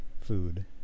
food